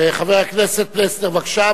חבר הכנסת פלסנר, בבקשה.